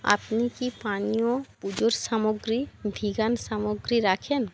আপনি কি পানীয় পুজোর সামগ্রী ভিগান সামগ্রী রাখেন